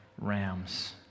rams